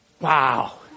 Wow